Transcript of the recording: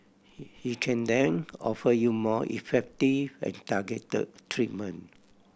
he he can then offer you more effective and targeted treatment